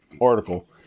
article